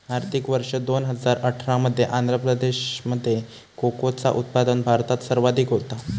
आर्थिक वर्ष दोन हजार अठरा मध्ये आंध्र प्रदेशामध्ये कोकोचा उत्पादन भारतात सर्वाधिक होता